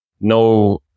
no